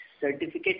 certificate